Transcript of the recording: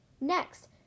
Next